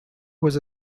was